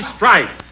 Strike